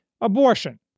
abortion